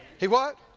he what?